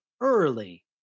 early